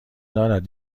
دارد